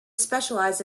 specialise